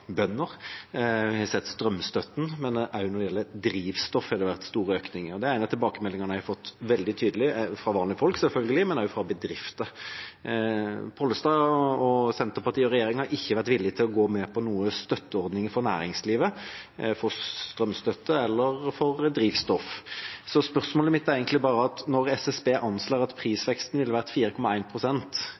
bønder. Vi har sett strømstøtten, men også når det gjelder drivstoff har det vært store økninger. Det er en av tilbakemeldingene jeg har fått veldig tydelig, selvfølgelig fra vanlige folk, men også fra bedrifter. Pollestad og Senterpartiet og regjeringa har ikke vært villige til å gå med på noen støtteordninger for næringslivet når det gjelder strøm eller drivstoff. Spørsmålet mitt er egentlig bare: Når SSB anslår at prisveksten ville vært